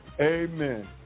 amen